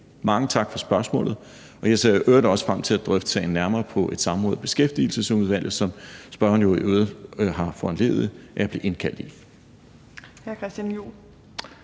Mange tak for spørgsmålet. Jeg ser i øvrigt også frem til at drøfte sagen nærmere på et samråd i Beskæftigelsesudvalget, som spørgeren jo har foranlediget at jeg er blevet indkaldt til.